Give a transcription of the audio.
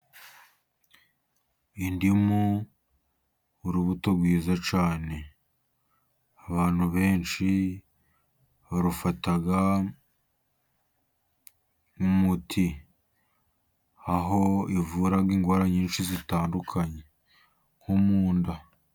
Indimu urubuto rwiza cyane, abantu benshi barufata nk'umuti, aho ivura indwara nyinshi zitandukanye nko mu nda.